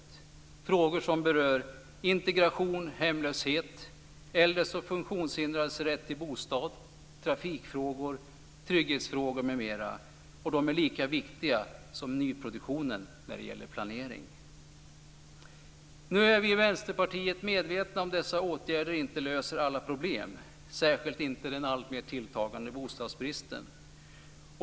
I denna planering är frågor som berör integration, hemlöshet, äldres och funktionshindrades rätt till bostad, trafikfrågor, trygghetsfrågor m.m. lika viktiga som nyproduktionen. Nu är vi i Vänsterpartiet medvetna om att dessa åtgärder inte löser alla problem, särskilt inte den alltmer tilltagande bostadsbristen.